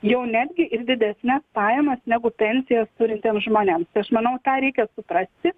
jau netg ir didesnes pajamas negu pensiją turintiems žmonėms tai aš manau tą reikia suprasti